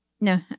no